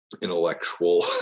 intellectual